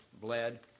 bled